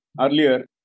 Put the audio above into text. earlier